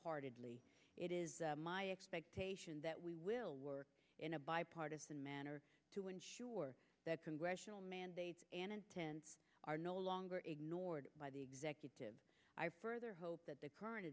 parted it is my expectation that we will work in a bipartisan manner to ensure that congressional mandate and intense are no longer ignored by the executive further hope that the current